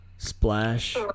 Splash